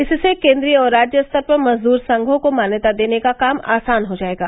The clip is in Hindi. इससे केन्द्रीय और राज्य स्तर पर मजदूर संघों को मान्यता देने का काम आसान हो जाएगा